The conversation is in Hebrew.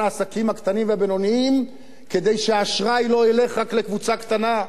העסקים הקטנים והבינוניים כדי שהאשראי לא ילך רק לקבוצה קטנה.